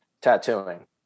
tattooing